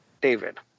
David